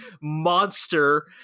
monster